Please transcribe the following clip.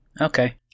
Okay